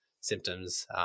symptoms